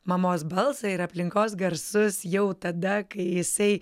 mamos balsą ir aplinkos garsus jau tada kai jisai